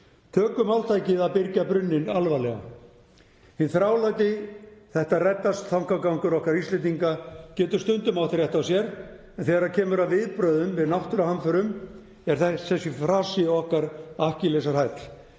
Tökum máltækið að byrgja brunninn alvarlega. Hinn þráláti „þetta reddast“-þankagangur okkar Íslendinga getur stundum átt rétt á sér en þegar kemur að viðbrögðum við náttúruhamförum er þessi frasi okkar akkillesarhæll.